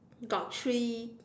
got three